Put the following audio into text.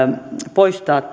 poistaa